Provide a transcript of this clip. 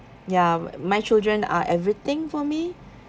ya my children are everything for me